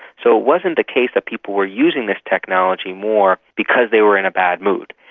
so it wasn't a case that people were using this technology more because they were in a bad mood.